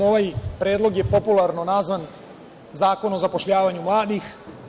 Ovaj predlog je popularno nazvan „zakon o zapošljavanju mladih“